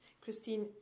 Christine